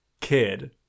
kid